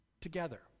together